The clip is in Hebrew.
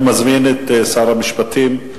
אני מזמין את שר המשפטים,